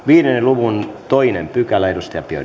viiden luvun toisen